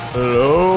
Hello